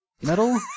Metal